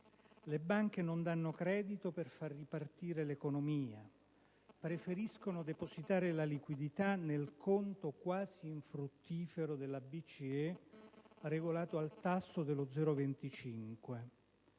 Le banche non danno credito per far ripartire l'economia, preferiscono depositare la liquidità nel conto quasi infruttifero della BCE, regolato al tasso dello 0,25.